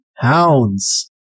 Hounds